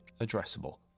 addressable